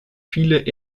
viele